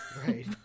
Right